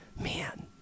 man